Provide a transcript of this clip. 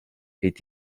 est